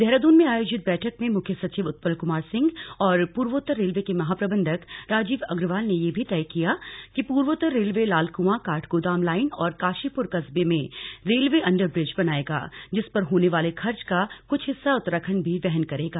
देहरादून में आयोजित बैठक में मुख्य सचिव उत्पल कुमार सिंह और पूर्वोत्तर रेलवे के महाप्रबंधक राजीव अग्रवाल ने यह भी तय ककिया कि पूर्वोत्तर रेलवे लालकुआं काठगोदाम लाइन और काशीपुर कस्बे में रेलवे अंडर ब्रिज बनाएगा जिस पर होने वाले खर्च का कृछ हिस्सा उत्तराखण्ड भी वहन करेगा